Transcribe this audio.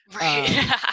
Right